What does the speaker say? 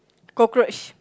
cockroach